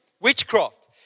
witchcraft